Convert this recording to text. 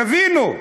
תבינו.